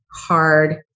hard